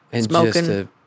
Smoking